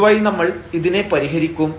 ഇതുവഴി നമ്മൾ ഇതിനെ പരിഹരിക്കും